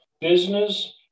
business